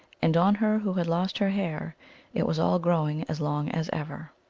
and on her who had lost her hair it was all growing as long as ever.